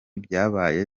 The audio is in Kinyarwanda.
byabaye